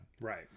Right